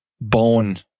bone